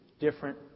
different